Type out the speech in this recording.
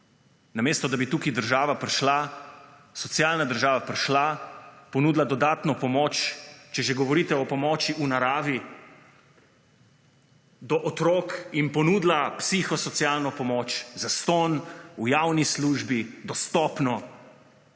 Namesto, da bi tukaj država prišla, socialna država prišla, ponudila dodatno pomoč, če že govorite o pomoči v naravi, do otrok in ponudila psihosocialno pomoč, zastonj, v javni službi, dostopno,